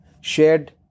Shared